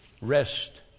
Rest